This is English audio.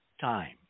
time